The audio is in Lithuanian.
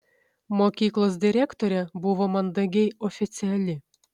mokyklos direktorė buvo mandagiai oficiali